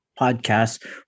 podcast